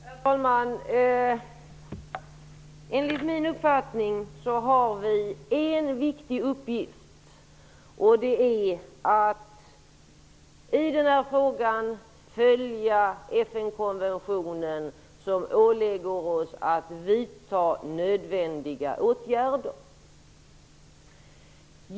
Herr talman! Enligt min uppfattning har vi en viktig uppgift, och det är att i den här frågan följa den FN konvention som ålägger oss att vidta nödvändiga åtgärder.